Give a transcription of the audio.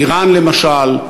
איראן למשל,